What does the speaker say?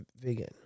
vegan